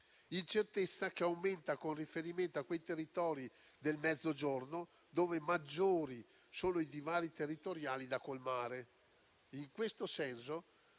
un'incertezza che aumenta con riferimento ai territori del Mezzogiorno in cui maggiori sono i divari territoriali da colmare.